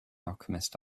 alchemist